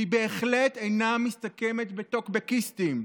והיא בהחלט אינה מסתכמת בטוקבקיסטים.